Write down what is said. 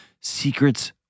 secrets